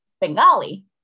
Bengali